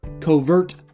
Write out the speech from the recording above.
Covert